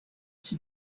she